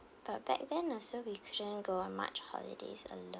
but back then also we couldn't go on much holidays alone